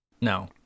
No